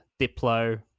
Diplo